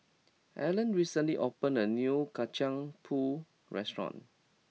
Allen recently opened a new Kacang pool restaurant